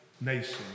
nation